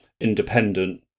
independent